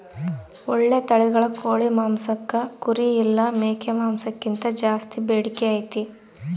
ಓಳ್ಳೆ ತಳಿಗಳ ಕೋಳಿ ಮಾಂಸಕ್ಕ ಕುರಿ ಇಲ್ಲ ಮೇಕೆ ಮಾಂಸಕ್ಕಿಂತ ಜಾಸ್ಸಿ ಬೇಡಿಕೆ ಐತೆ